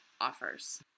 offers